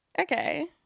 Okay